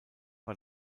war